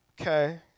okay